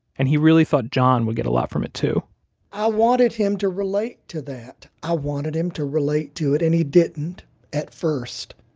and he really thought john would get a lot from it, too i wanted him to relate to that. i wanted him to relate to it, and he didn't at first.